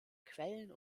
quellen